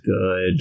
Good